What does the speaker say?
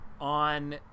on